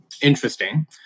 interesting